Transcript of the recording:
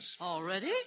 Already